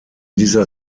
dieser